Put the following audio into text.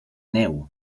neu